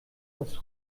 das